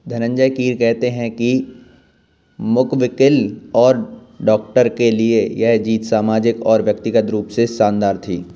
धनंजय कीर कहते हैं कि मुकविकिल और डॉक्टर के लिए यह जीत सामाजिक और व्यक्तिगत रूप से शानदार थी